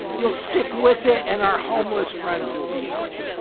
you'll stick with it and our homeless friends will be helped.